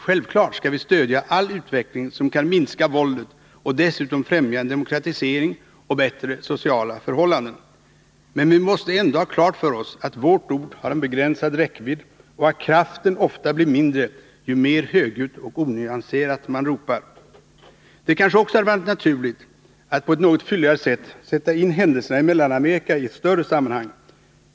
Självfallet skall vi stödja all utveckling som kan minska våldet och dessutom främja en demokratisering och bättre sociala förhållanden. Men vi måste ändå ha klart för oss att vårt ord har en begränsad räckvidd och att kraften ofta blir mindre ju mer högljutt och onyanserat man ropar. Det kanske också hade varit naturligt att något fylligare sätta händelserna i Mellanamerika i ett större sammanhang.